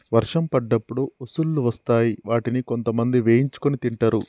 వర్షం పడ్డప్పుడు ఉసుల్లు వస్తాయ్ వాటిని కొంతమంది వేయించుకొని తింటరు